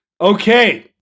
okay